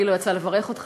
לי לא יצא לברך אותך,